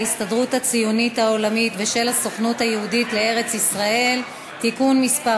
העולמית ושל הסוכנות היהודית לארץ-ישראל (תיקון מס'